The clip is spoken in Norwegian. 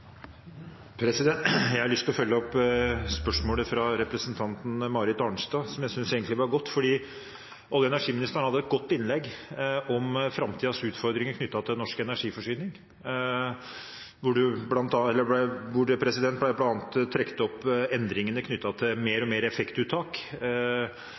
Jeg har lyst til å følge opp spørsmålet fra representanten Marit Arnstad, som jeg synes var godt. Olje- og energiministeren hadde et godt innlegg om framtidens utfordringer knyttet til norsk energiforsyning, hvor det bl.a. ble trukket opp endringene knyttet til mer og mer effektuttak,